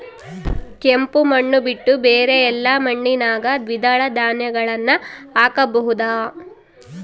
ಕೆಂಪು ಮಣ್ಣು ಬಿಟ್ಟು ಬೇರೆ ಎಲ್ಲಾ ಮಣ್ಣಿನಾಗ ದ್ವಿದಳ ಧಾನ್ಯಗಳನ್ನ ಹಾಕಬಹುದಾ?